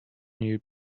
knew